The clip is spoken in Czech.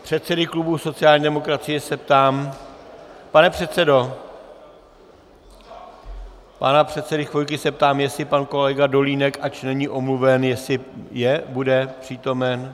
Předsedy klubu sociální demokracie se ptám: Pane předsedo pana předsedy Chvojky se ptám, jestli pan kolega Dolínek, ač není omluven, jestli bude přítomen?